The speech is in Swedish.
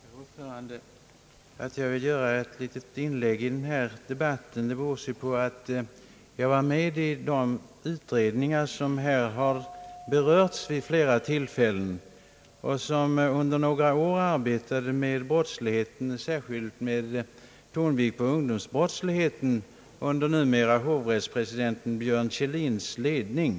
Herr talman! Att jag vill göra ett inlägg i denna debatt beror på att jag har varit med i de utredningar som här har berörts vid flera tillfällen och som under några år arbetade med särskild tonvikt på ungdomsbrottsligheten under nuvarande <:hovrättspresidenten Björn Kjellins ledning.